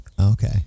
Okay